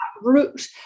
root